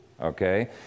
Okay